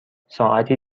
ساعتی